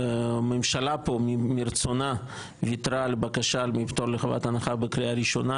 הממשלה פה מרצונה ויתרה על בקשה לפטור מחובת הנחה בקריאה ראשונה,